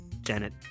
Janet